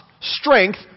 strength